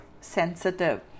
sensitive